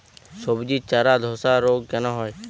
সবজির চারা ধ্বসা রোগ কেন হয়?